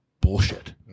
Bullshit